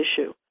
issue